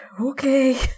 Okay